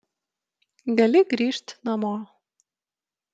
gali grįžt namo